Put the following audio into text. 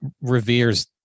reveres